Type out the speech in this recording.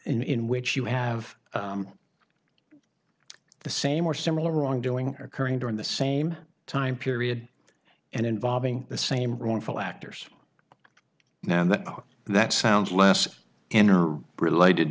in which you have the same or similar wrongdoing occurring during the same time period and involving the same wrongful actors now that are that sounds less in are related